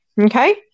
Okay